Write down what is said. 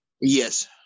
Yes